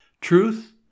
Truth